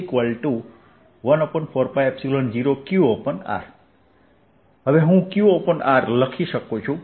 dxxx14π0qx2dx14π0qr 14π0qr હું qr લખી શકું છું